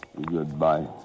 Goodbye